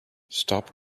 stop